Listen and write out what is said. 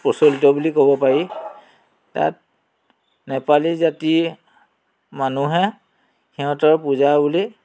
প্ৰচলিত বুলি ক'ব পাৰি তাত নেপালী জাতিৰ মানুহে সিহঁতৰ পূজা বুলি